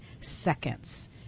seconds